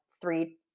three